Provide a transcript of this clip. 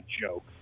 joke